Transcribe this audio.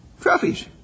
trophies